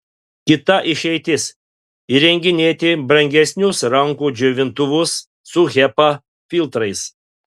kita išeitis įrenginėti brangesnius rankų džiovintuvus su hepa filtrais